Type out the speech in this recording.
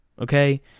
okay